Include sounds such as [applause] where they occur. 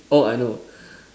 oh I know [breath]